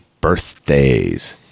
birthdays